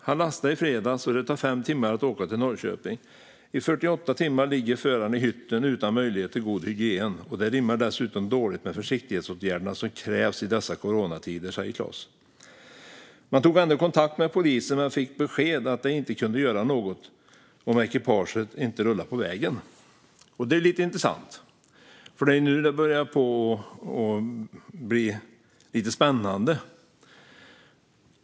"Han lastade i fredags och det tar fem timmar att åka till Norrköping, i 48 timmar ligger föraren i hytten utan möjligheter till god hygien. Det rimmar dessutom dåligt med försiktighetsåtgärderna som krävs i dessa coronatider." Åkeriet tog kontakt med polisen men fick beskedet att de inte kan göra något om ekipaget inte rullar på vägen. Detta är lite intressant, för det är nu det börjar bli spännande.